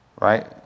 right